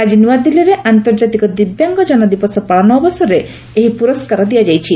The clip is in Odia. ଆଜି ନ୍ତଆଦିଲ୍ଲୀରେ ଆନ୍ତର୍ଜାତିକ ଦିବ୍ୟାଙ୍ଗ ଜନଦିବସ ପାଳନ ଅବସରରେ ଏହି ପୁରସ୍କାର ଦିଆଯାଇଛି